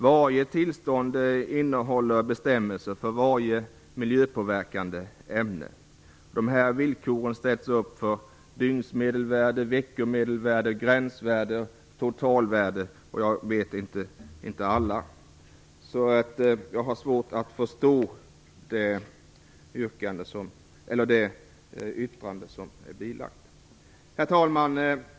Varje tillstånd innehåller bestämmelser för varje miljöpåverkande ämne. Dessa villkor ställs bl.a. upp för dygnsmedelvärde, veckomedelvärde, gränsvärde och totalvärde. Jag har svårt att förstå det yttrande som är bilagt. Herr talman!